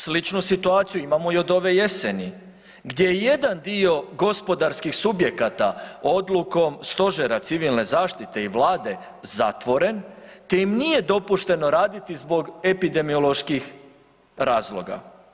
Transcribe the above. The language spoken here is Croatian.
Sličnu situaciju imamo i od ove jeseni gdje je jedan dio gospodarskih subjekata odlukom Stožera civilne zaštite i Vlade zatvoren te im nije dopušteno raditi zbog epidemioloških razloga.